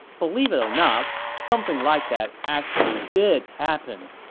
believe it or not, something like that actually did happen,